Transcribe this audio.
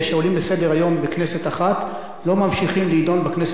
לסדר-היום בכנסת אחת לא ממשיכים להידון בכנסת הבאה,